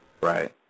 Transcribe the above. right